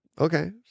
Okay